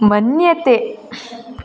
मन्यते